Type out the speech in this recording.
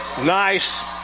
Nice